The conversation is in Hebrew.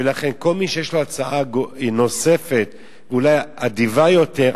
ולכן כל מי שיש לו הצעה נוספת ואולי אדיבה יותר,